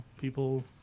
people